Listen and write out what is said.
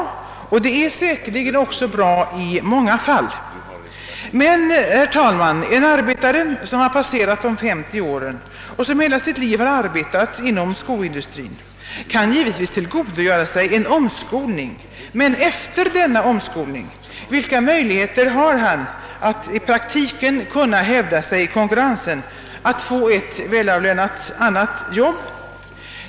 Säkerligen är det också bra i många fall. En arbetare som fyllt 50 år och som hela sitt liv har arbetat inom skoindustrin kan givetvis tillgodogöra sig en omskolning. Men vilka möjligheter har han sedan att hävda sig i konkurrensen ute på marknaden och finna ett välavlönat annat jobb?